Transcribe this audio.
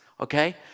okay